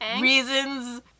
reasons